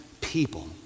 people